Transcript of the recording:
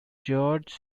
george